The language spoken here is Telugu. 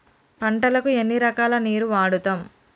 పంటలకు ఎన్ని రకాల నీరు వాడుతం?